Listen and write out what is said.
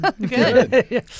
Good